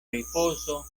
ripozo